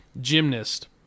gymnast